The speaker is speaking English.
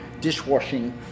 dishwashing